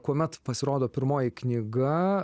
kuomet pasirodo pirmoji knyga